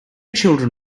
children